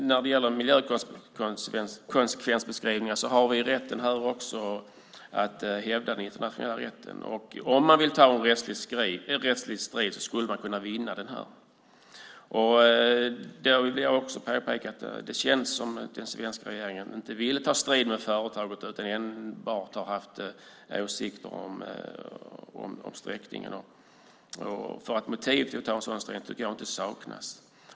När det gäller miljökonsekvensbeskrivningar har vi också möjlighet att hävda den internationella rätten. Om man vill ta en rättslig strid skulle man kunna vinna detta. Men det känns som om den svenska regeringen inte vill ta strid med företaget utan enbart har haft synpunkter på sträckningen. Motiv att ta strid tycker jag inte saknas.